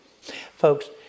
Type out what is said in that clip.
Folks